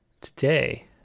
today